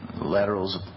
laterals